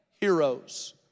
heroes